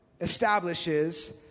establishes